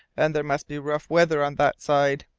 and there must be rough weather on that side,